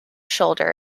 shoulder